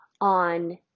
on